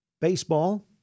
baseball